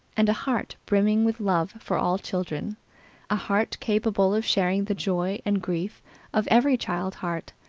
and a heart brimming with love for all children a heart capable of sharing the joy and grief of every child heart.